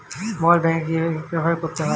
Mobile banking কীভাবে করতে হয়?